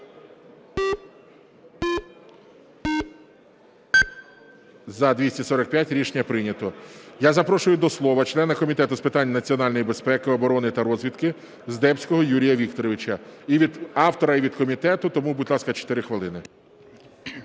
За-245 Рішення прийнято. Я запрошую до слова члена Комітету з питань національної безпеки, оборони та розвідки Здебського Юрія Вікторовича. І від автора, і від комітету тому, будь ласка, 4 хвилини.